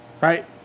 right